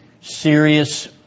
serious